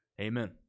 Amen